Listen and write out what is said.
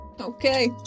Okay